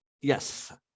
Yes